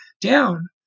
down